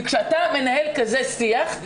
כשאתה מנהל שיח כזה,